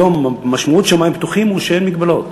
היום משמעות שמים פתוחים היא שאין מגבלות.